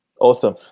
Awesome